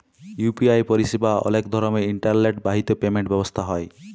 UPI পরিসেবা অলেক রকমের ইলটারলেট বাহিত পেমেল্ট ব্যবস্থা হ্যয়